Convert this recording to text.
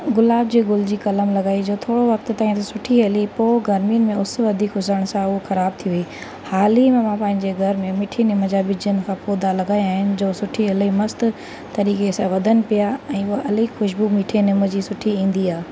गुलाब जे गुल जी कलम लॻाई जो थोरो वक्त ताईं त सुठी हली पोइ गर्मियुनि में उस हुजण सां हूअ ख़राब थी वयी हाल ई में मां पंहिंजे घर में मिठी निम जा ॿिजनि खां पौधा लॻाया आहिनि जो सुठी इलाही मस्तु तरीक़े सां वधनि पिया ऐं हूअ इलाही खुशबू मिठे निम जी सुठी ईंदी आहे